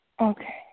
Okay